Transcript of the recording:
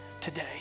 today